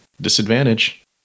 Disadvantage